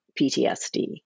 PTSD